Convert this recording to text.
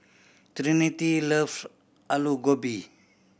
Trinity loves Alu Gobi